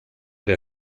der